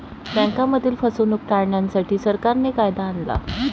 बँकांमधील फसवणूक टाळण्यासाठी, सरकारने कायदा आणला